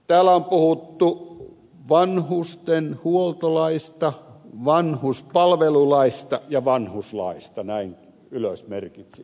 täällä on puhuttu vanhustenhuoltolaista vanhuspalvelulaista ja vanhuslaista näin ylös merkitsin